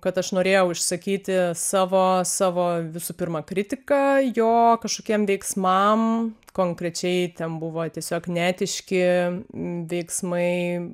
kad aš norėjau išsakyti savo savo visų pirma kritiką jo kažkokiems veiksmams konkrečiai ten buvo tiesiog neetiški veiksmai